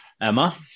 Emma